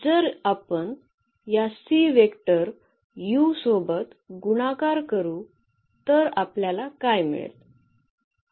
जर आपण या वेक्टर सोबत गुणाकार करू तर आपल्याला काय मिळेल